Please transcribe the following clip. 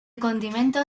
condimento